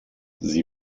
sie